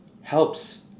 helps